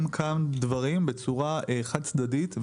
דברים בצורה חד צדדית.